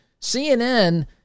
CNN